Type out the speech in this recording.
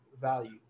value